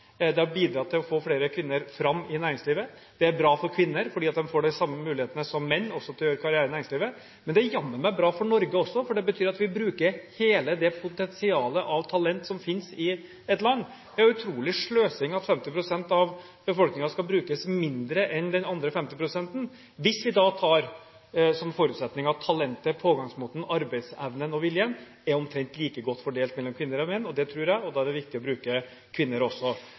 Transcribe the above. har bidratt til å få flere kvinner fram i næringslivet. Det er bra for kvinner fordi de får de samme mulighetene som menn til å gjøre karriere i næringslivet. Men det er jammen bra for Norge også, for det betyr at vi bruker hele det potensialet av talent som finnes i et land. Det er jo en utrolig sløsing at 50 pst. av befolkningen skal brukes mindre enn den andre 50 pst.-en, hvis vi har som forutsetning at talentet, pågangsmotet og arbeidsevnen og -viljen er omtrent likt fordelt mellom kvinner og menn. Det tror jeg, og da er det viktig å bruke også kvinner.